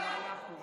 הוא לא היה פה.